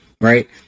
right